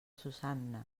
susanna